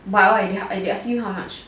what why they asking you how mnuch